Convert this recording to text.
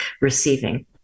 receiving